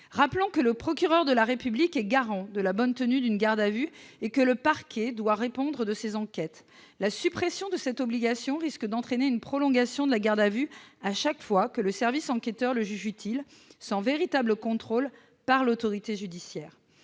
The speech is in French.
Rappelons que le procureur de la République est garant de la bonne tenue d'une garde à vue et que le parquet doit répondre de ses enquêtes. La suppression de cette obligation risque d'entraîner une prolongation de la garde à vue chaque fois que le service enquêteur le juge utile, sans véritable contrôle par l'autorité judiciaire.